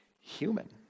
human